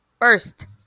first